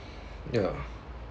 ya